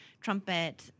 trumpet